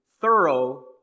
thorough